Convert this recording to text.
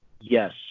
yes